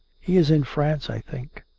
he is in france, i think.